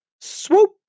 Swoop